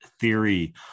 theory